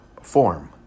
form